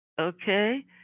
Okay